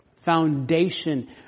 foundation